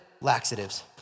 laxatives